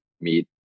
meet